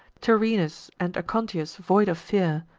tyrrhenus, and aconteus, void of fear,